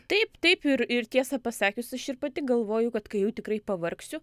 taip taip ir ir tiesą pasakius aš ir pati galvoju kad kai jau tikrai pavargsiu